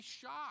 shocked